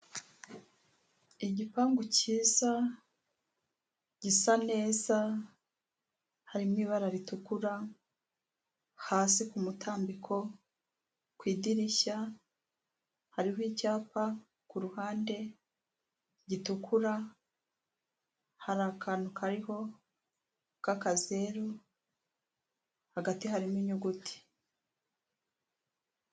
Igipangu cyiza gisa neza harimo ibara ritukura, hasi ku mutambiko ku idirishya hariho icyapa ku ruhande gitukura hari akantu kariho k'akazeru hagati harimo inyuguti.